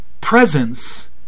presence